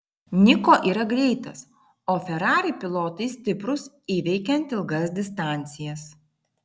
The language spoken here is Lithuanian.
niko yra greitas o ferrari pilotai stiprūs įveikiant ilgas distancijas